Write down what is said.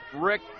Rick